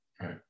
right